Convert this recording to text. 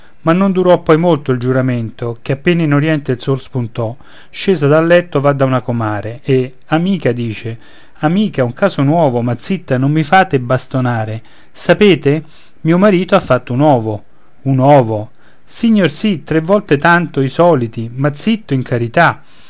ma non durò poi molto il giuramento ché appena in oriente il sol spuntò scesa dal letto va da una comare e amica dice amica un caso novo ma zitta non mi fate bastonare sapete mio marito ha fatto un ovo un ovo signorsì tre volte tanto i soliti ma zitto in carità